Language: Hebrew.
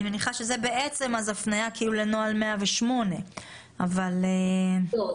אני מניחה, שזאת הפנייה לנוהל 108. לא.